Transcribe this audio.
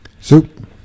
Soup